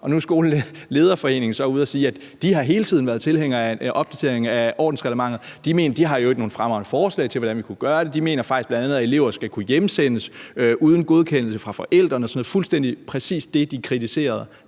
nu er Skolelederforeningen så ude at sige, at de hele tiden har været tilhængere af en opdatering af ordensreglementet, og at de i øvrigt har nogle fremragende forslag til, hvordan vi kunne gøre det. De mener faktisk bl.a., at elever skal kunne hjemsendes uden godkendelse fra forældrene og sådan noget. Det var fuldstændig præcis det, de kritiserede